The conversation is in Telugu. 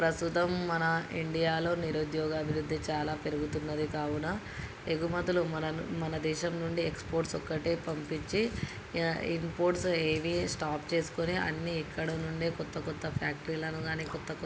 ప్రస్తుతం మన ఇండియాలో నిరుద్యోగ అభివృద్ధి చాలా పెరుగుతున్నది కావున ఎగుమతులు మన మన దేశం నుండి ఎక్స్పోర్ట్స్ ఒక్కటే పంపించి ఇంపోర్ట్స్ ఏవి స్టాప్ చేసుకుని అన్నీ ఇక్కడ నుండి కొత్త కొత్త ఫ్యాక్టరీలను కానీ కొత్త కొత్త